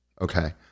okay